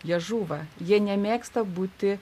jie žūva jie nemėgsta būti